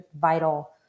vital